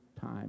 time